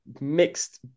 mixed